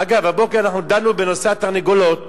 אגב, הבוקר אנחנו דנו בנושא התרנגולות